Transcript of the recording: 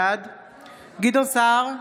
בעד גדעון סער,